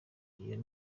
iyo